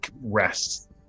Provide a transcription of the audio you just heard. rest